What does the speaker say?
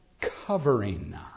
covering